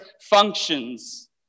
functions